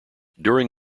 during